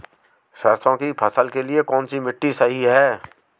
सरसों की फसल के लिए कौनसी मिट्टी सही हैं?